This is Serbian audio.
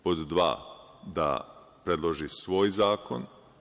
Pod dva, da predloži svoj zakon.